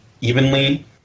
evenly